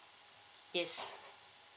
yes